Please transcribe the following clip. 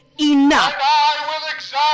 enough